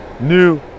new